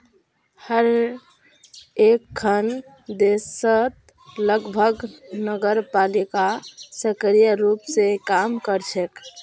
हर एकखन देशत लगभग नगरपालिका सक्रिय रूप स काम कर छेक